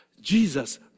Jesus